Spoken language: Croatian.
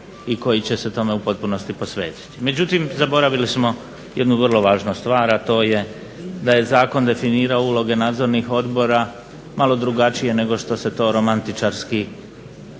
i koji će se tome u potpunosti posvetiti. Međutim, zaboravili smo jednu vrlo važnu stvar a to je da je zakon definirao uloge nadzornih odbora malo drugačije nego što se to romantičarski